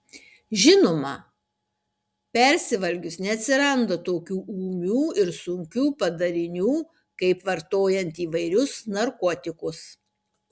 žinoma persivalgius neatsiranda tokių ūmių ir sunkių padarinių kaip vartojant įvairius narkotikus